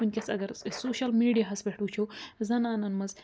وٕنۍکٮ۪س اگر أسۍ سوشل میٖڈیاہس پٮ۪ٹھ وٕچھو زنانن منٛز